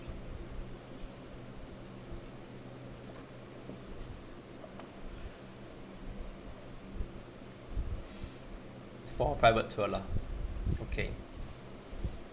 for private tour lah okay